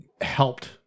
helped